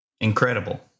incredible